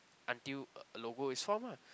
until a logo is formed lah